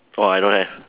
!wah! I don't have